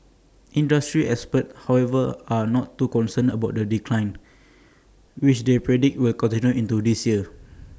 industry experts however are not too concerned about the decline which they predict will continue into this year